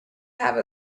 have